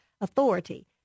authority